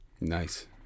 nice